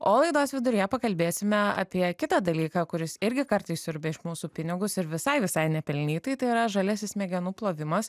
o laidos viduryje pakalbėsime apie kitą dalyką kuris irgi kartais siurbia iš mūsų pinigus ir visai visai nepelnytai tai yra žaliasis smegenų plovimas